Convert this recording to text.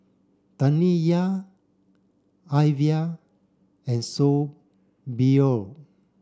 Taniya Alyvia and